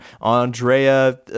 Andrea